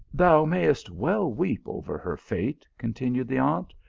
thou mayst well weep over her fate continued the aunt,